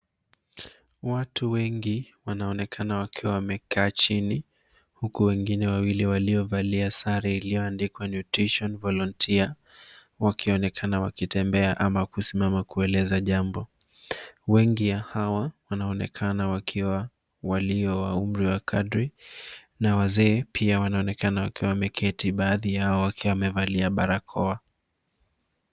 Watu wengi wanaonekana wakiwa wamekaa chini huku wengine wawili waliovalia sare iliyo andikwa nutrition volunteer wakionekana wakitembea ama kusimama kueleza jambo. Wengi ya hawa wanaonekana wakiwa walio wa umri wa kadri na wazee pia wanaonekana wakiwa wameketi baadhi yao wakiwa wamevalia barakoa.